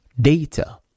data